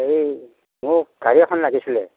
হে মোক গাড়ী এখন লাগিছিলে